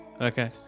Okay